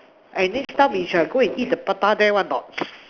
eh next time we shall go eat the prata there want a not